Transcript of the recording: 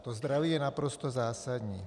To zdraví je naprosto zásadní.